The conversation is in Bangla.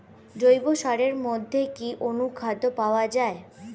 জৈব সারের মধ্যে কি অনুখাদ্য পাওয়া যায়?